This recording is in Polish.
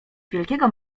wielkiego